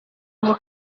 ngo